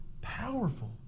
powerful